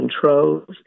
controls